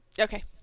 okay